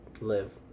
live